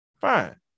Fine